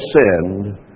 sinned